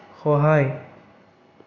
সহায়